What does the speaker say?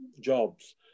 jobs